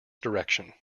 direction